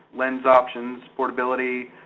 lens options, portability.